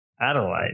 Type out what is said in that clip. Adelaide